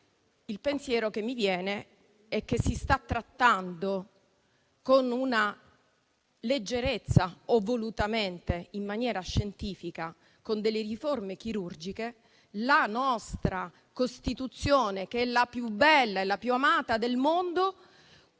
mi viene invece in mente che si sta trattando con una leggerezza o volutamente, in maniera scientifica, con riforme chirurgiche, la nostra Costituzione, che è la più bella e la più amata del mondo;